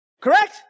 correct